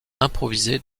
improvisé